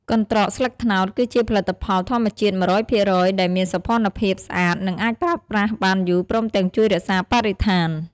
កន្ដ្រកស្លឹកត្នោតគឺជាផលិតផលធម្មជាតិ ១០០ភាគរយ ដែលមានសោភណភាពស្អាត និងអាចប្រើប្រាស់បានយូរ ព្រមទាំងជួយរក្សាបរិស្ថាន។